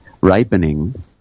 ripening